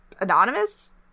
Anonymous